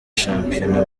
shampiyona